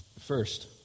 First